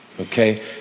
okay